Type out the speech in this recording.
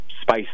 spice